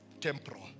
temporal